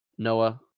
Noah